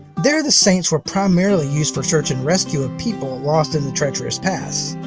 there the saints were primarily used for search and rescue of people lost in the treacherous pass.